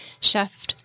chef